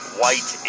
white